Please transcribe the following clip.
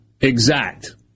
exact